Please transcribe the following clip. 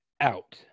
out